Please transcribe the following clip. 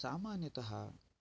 सामान्यतः